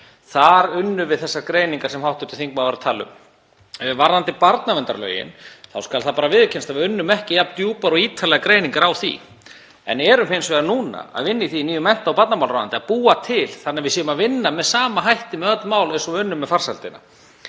Þar unnum við þessar greiningar sem hv. þingmaður var að tala um. Varðandi barnaverndarlögin þá skal það bara viðurkennt að við unnum ekki jafn djúpar og ítarlegar greiningar á því en erum hins vegar núna að vinna í því í nýju mennta- og barnamálaráðuneytið að búa það til þannig að við séum að vinna með sama hætti með öll mál eins og við unnum með farsældina.